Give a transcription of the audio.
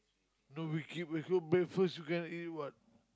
no we keep we go bathe first you cannot eat what